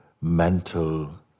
mental